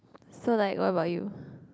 so like what about you